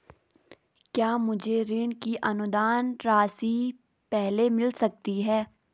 क्या मुझे ऋण की अनुदान राशि पहले मिल सकती है?